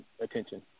attention